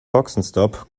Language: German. boxenstopp